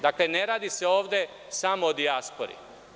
Dakle, ne radi ovde samo o dijaspori.